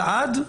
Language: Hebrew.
לעד?